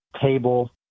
table